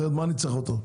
אחרת מה אני צריך אותו?